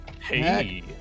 hey